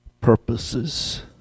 purposes